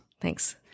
Thanks